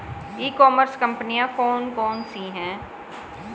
E commerce कंपनियाँ कौन कौन सी हैं?